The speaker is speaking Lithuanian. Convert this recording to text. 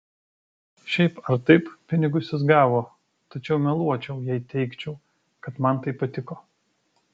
šiaip ar taip pinigus jis gavo tačiau meluočiau jei teigčiau kad man tai patiko